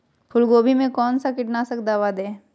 फूलगोभी में कौन सा कीटनाशक दवा दे?